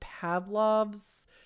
Pavlov's